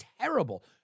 terrible